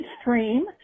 stream